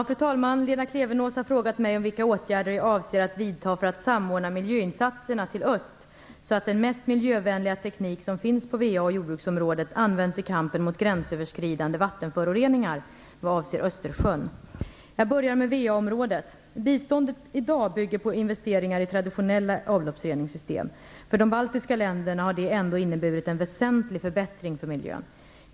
Fru talman! Lena Klevenås har frågat mig vilka åtgärder jag avser att vidta för att samordna miljöinsatserna till öst så att den mest miljövänliga teknik som finns på VA och jordbruksområdet används i kampen mot gränsöverskridande vattenföroreningar vad avser Östersjön. Jag börjar med VA-området. Biståndet i dag bygger på investeringar i traditionella avloppsreningssystem. För de baltiska länderna har det ändå inneburit en väsentlig förbättring för miljön.